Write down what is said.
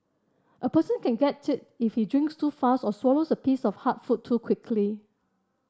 a person can get it if he drinks too fast or swallows a piece of hard food too quickly